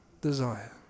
desire